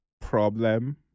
problem